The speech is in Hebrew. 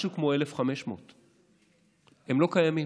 משהו כמו 1,500. הם לא קיימים.